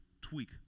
tweak